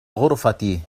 غرفتي